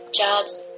jobs